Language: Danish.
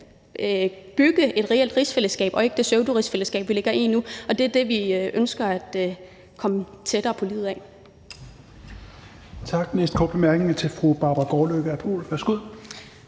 bygge et reelt rigsfællesskab og ikke det pseudorigsfællesskab, vi er i nu. Det er det, vi ønsker at komme tættere på. Kl.